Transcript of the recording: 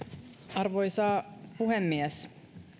arvoisa puhemies